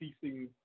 ceasing